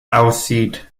aussieht